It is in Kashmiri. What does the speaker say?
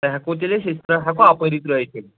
تۄہہِ ہیٚکو تیٚلہِ أسۍ ہیٚکوا اپٲری ترٛٲوِتھ تیٚلہِ